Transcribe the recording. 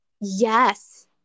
Yes